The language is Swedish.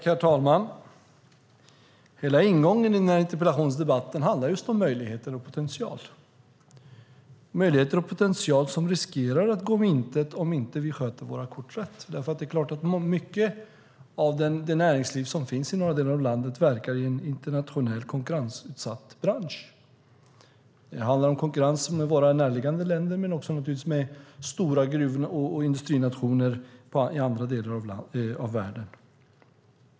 Herr talman! Hela ingången i den här interpellationsdebatten handlar just om möjligheter och potential - möjligheter och potential som riskerar att gå om intet om vi inte sköter våra kort rätt. Mycket av det näringsliv som finns i den norra delen av landet verkar i en internationell konkurrensutsatt bransch. Det handlar om konkurrensen med våra närliggande länder men också med stora gruv och industrinationer i andra delar av världen.